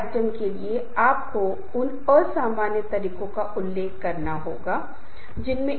वे बनते हैं क्योंकि उनके पास कुछ सामान्य हित हैं और यह बहुत दिलचस्प है कि लोग स्वचालित रूप से एक साथ आएंगे